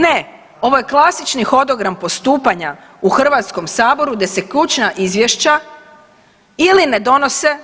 Ne, ovo je klasični hodogram postupanja u Hrvatskom saboru gdje se ključna izvješća ili ne donose,